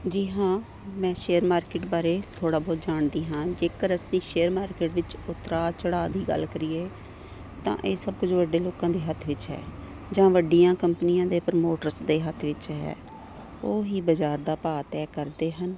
ਜੀ ਹਾਂ ਮੈਂ ਸ਼ੇਅਰ ਮਾਰਕੀਟ ਬਾਰੇ ਥੋੜ੍ਹਾ ਬਹੁਤ ਜਾਣਦੀ ਹਾਂ ਜੇਕਰ ਅਸੀਂ ਸ਼ੇਅਰ ਮਾਰਕੀਟ ਵਿੱਚ ਉਤਰਾਅ ਚੜਾਅ ਦੀ ਗੱਲ ਕਰੀਏ ਤਾਂ ਇਹ ਸਭ ਕੁਝ ਵੱਡੇ ਲੋਕਾਂ ਦੇ ਹੱਥ ਵਿੱਚ ਹੈ ਜਾਂ ਵੱਡੀਆਂ ਕੰਪਨੀਆਂ ਦੇ ਪ੍ਰਮੋਟਰਸ ਦੇ ਹੱਥ ਵਿੱਚ ਹੈ ਉਹ ਹੀ ਬਾਜ਼ਾਰ ਦਾ ਭਾਅ ਤੈਅ ਕਰਦੇ ਹਨ